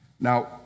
Now